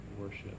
worship